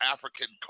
African